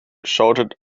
shouted